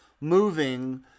moving